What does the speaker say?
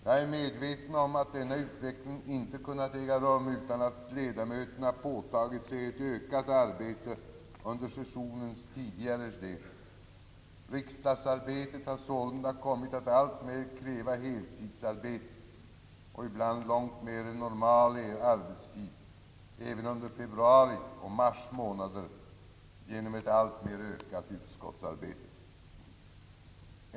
Jag är medveten om att denna utveckling ej kunnat äga rum utan att ledamöterna påtagit sig ett ökat arbete under sessionens tidigare del. Riksdagsarbetet har således kommit att alltmer kräva heltidsarbete — och ibland långt mer än normal arbetstid även under februari och mars månader genom ett alltmer ökat utskottsarbete.